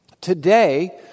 Today